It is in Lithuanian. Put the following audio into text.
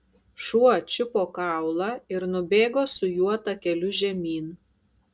šuo čiupo kaulą ir nubėgo su juo takeliu žemyn